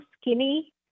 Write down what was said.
skinny